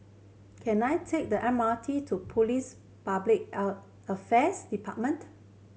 can I take the M R T to Police Public Affairs Department